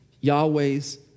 Yahweh's